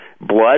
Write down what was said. blood